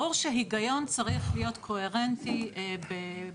ברור שיש צורך בהיגיון קוהרנטי בחקיקת